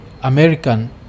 American